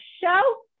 show